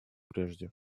прежде